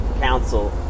council